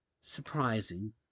surprising